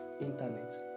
internet